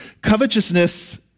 Covetousness